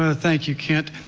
ah thank you, kent.